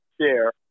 share